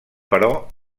però